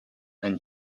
and